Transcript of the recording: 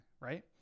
right